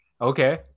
Okay